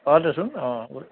অঁ দেচোন অঁ